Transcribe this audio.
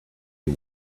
you